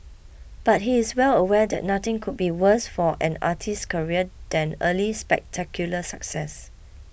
but he is well aware that nothing could be worse for an artist's career than early spectacular success